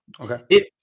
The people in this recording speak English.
Okay